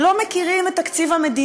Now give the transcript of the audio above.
שהעתיד הפוליטי שלה חייב להיות עתיד של